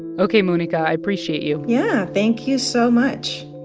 ok, monica, i appreciate you yeah. thank you so much